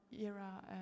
era